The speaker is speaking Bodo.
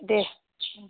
दे दोनदो